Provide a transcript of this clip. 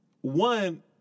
One